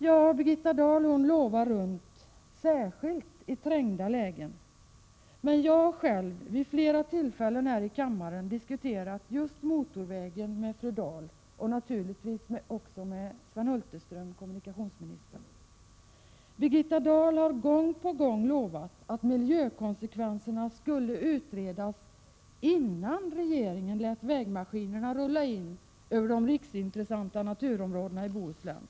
Ja, Birgitta Dahl, hon lovar runt — särskilt i trängda lägen. Men jag har själv vid flera tillfällen här i kammaren diskuterat just motorvägen med Birgitta Dahl och naturligtvis också med kommunikationsminister Sven Hulterström. Birgitta Dahl har gång på gång lovat att miljökonsekvenserna skall utredas, innan regeringen låter vägmaskinerna rulla in över de riksintressanta naturområdena i Bohuslän.